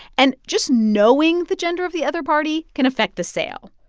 and just knowing the gender of the other party can affect the sale,